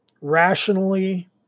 rationally